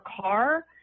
car